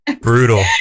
Brutal